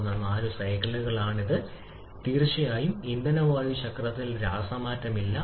ഇവിടെ ലഭിക്കുന്നു 3 ' 2' എന്നിവയെല്ലാം താഴ്ന്ന സ്ഥാനത്തെത്തിയതിനാൽ P3 'ഉം യഥാർത്ഥ P3 നേക്കാൾ കുറവായിരിക്കും